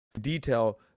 detail